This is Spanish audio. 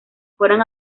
fueran